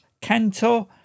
Cantor